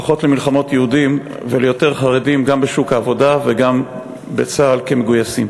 פחות למלחמות יהודים וליותר חרדים גם בשוק העבודה וגם בצה"ל כמגויסים.